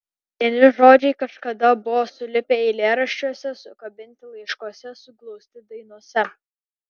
vieni žodžiai kažkada buvo sulipę eilėraščiuose sukabinti laiškuose suglausti dainose